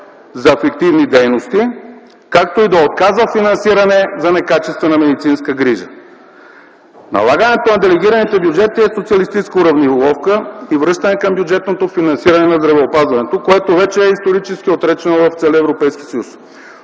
за фиктивни дейности, както и да отказва финансиране за некачествена медицинска грижа. Налагането на делегираните бюджети е социалистическа уравниловка и връщане към бюджетното финансиране на здравеопазването, което вече е исторически отречено в целия Европейски съюз.